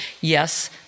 Yes